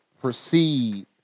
proceed